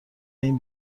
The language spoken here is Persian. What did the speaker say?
این